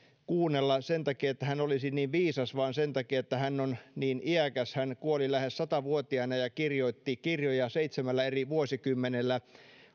kuunnella sen takia että hän olisi niin viisas vaan sen takia että hän on niin iäkäs hän kuoli lähes satavuotiaana ja kirjoitti kirjoja seitsemällä eri vuosikymmenellä